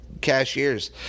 cashiers